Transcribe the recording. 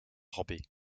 hobby